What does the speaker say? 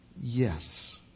Yes